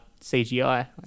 CGI